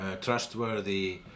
trustworthy